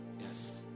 Yes